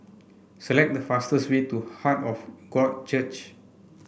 select the fastest way to Heart of God Church